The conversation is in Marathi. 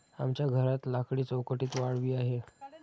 आमच्या घरात लाकडी चौकटीत वाळवी आहे